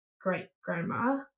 great-grandma